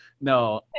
No